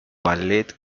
ballet